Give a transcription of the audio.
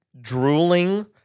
drooling